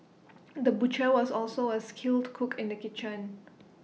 the butcher was also A skilled cook in the kitchen